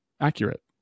accurate